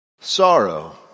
sorrow